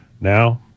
Now